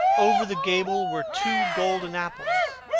over the gable were two golden apples,